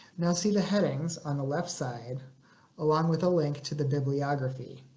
now see the headings on the left side along with a link to the bibliography.